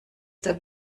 der